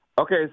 Okay